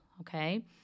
Okay